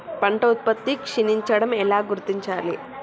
పంట ఉత్పత్తి క్షీణించడం ఎలా గుర్తించాలి?